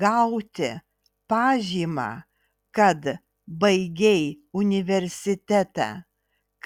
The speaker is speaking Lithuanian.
gauti pažymą kad baigei universitetą